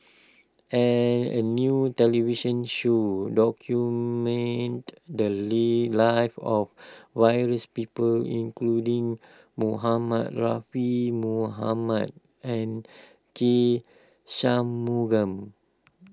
an a new television show documented the Lee lives of various people including Muhammad Muhammad and K Shanmugam